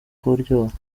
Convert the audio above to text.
kuryoha